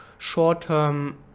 short-term